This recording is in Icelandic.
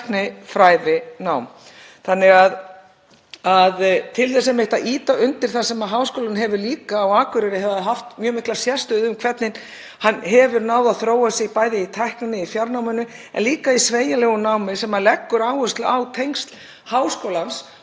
hann hefur náð að þróa sig bæði í tækninni, í fjarnáminu en líka í sveigjanlegu námi sem leggur áherslu á tengsl háskólans við þekkingarsetur sem m.a. starfa á landsbyggðinni. Þannig að um leið og við segjum já, við þurfum að styrkja Háskólinn á Akureyri og þá styrkjum við landsbyggðirnar, þá erum við líka